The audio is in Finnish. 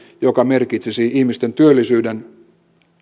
joka merkitsisi ihmisten työllisyyden